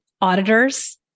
auditors